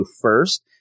first